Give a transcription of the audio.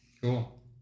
Cool